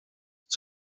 het